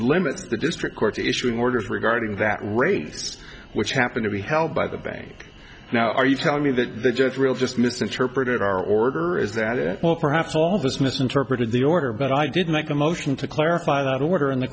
limits the district court issuing orders regarding that rate which happen to be held by the bank now are you telling me that the judge really just misinterpreted our order is that it will perhaps all of us misinterpreted the order but i did make a motion to clarify that order and the